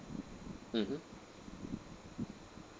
mmhmm